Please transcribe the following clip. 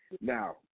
Now